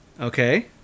Okay